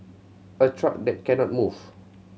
a truck that cannot move